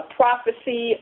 prophecy